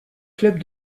clubs